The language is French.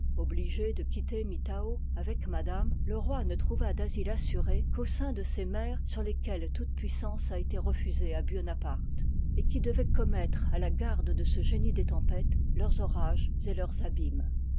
obligé de quitter mittau avec maî ame le roi ne trouva d'asile assuré qu'au sein de ces mers sur lesquelles toute puissance a été refusée à buonaparte et qui dévoient commettre à la garde de ce génie des tempêtes leurs orages et leurs abîmes